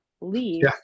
leave